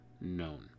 known